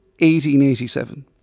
1887